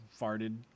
farted